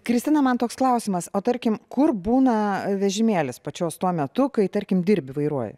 kristina man toks klausimas o tarkim kur būna vežimėlis pačios tuo metu kai tarkim dirbi vairuoji